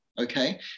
Okay